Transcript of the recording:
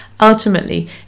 ultimately